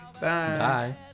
Bye